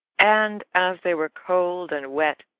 and, as they were cold and wet,